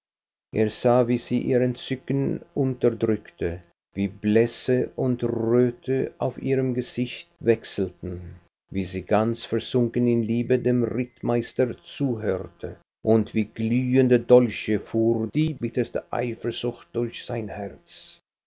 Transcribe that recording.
er sah wie sie ihr entzücken unterdrückte wie blässe und röte auf ihrem gesicht wechselten wie sie ganz versunken in liebe dem rittmeister zuhörte und wie glühende dolche fuhr die bitterste eifersucht durch sein herz